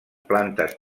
plantes